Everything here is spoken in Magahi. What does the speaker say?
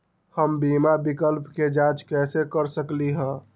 हम बीमा विकल्प के जाँच कैसे कर सकली ह?